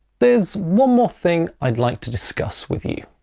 there's one more thing i'd like to discuss with you.